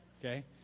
Okay